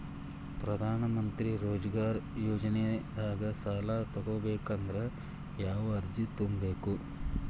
ಪ್ರಧಾನಮಂತ್ರಿ ರೋಜಗಾರ್ ಯೋಜನೆದಾಗ ಸಾಲ ತೊಗೋಬೇಕಂದ್ರ ಯಾವ ಅರ್ಜಿ ತುಂಬೇಕು?